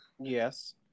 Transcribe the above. Yes